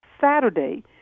Saturday